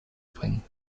bringen